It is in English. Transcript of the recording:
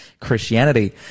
Christianity